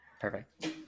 Perfect